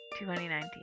2019